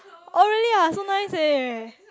oh really ah so nice eh